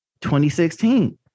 2016